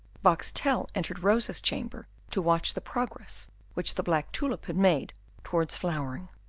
boxtel entered rosa's chamber to watch the progress which the black tulip had made towards flowering.